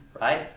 right